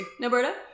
Noberta